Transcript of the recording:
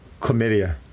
Chlamydia